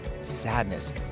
sadness